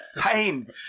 Pain